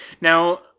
Now